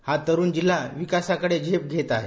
हा तरुण जिल्हा विकासाकडे झेप घेत आहे